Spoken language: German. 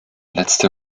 letzte